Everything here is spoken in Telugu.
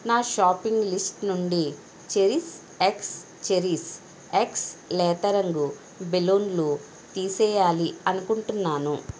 నా షాపింగ్ లిస్ట్ నుండి చెరిస్ ఎక్స్ చెరిస్ ఎక్స్ లేతరంగు బెలూన్లు తీసేయాలి అనుకుంటున్నాను